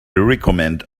recommend